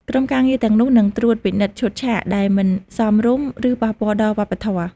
ក្រុមការងារទាំងនោះនឹងត្រួតពិនិត្យឈុតឆាកដែលមិនសមរម្យឬប៉ះពាល់ដល់វប្បធម៌។